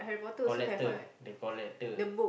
collector the collector